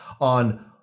on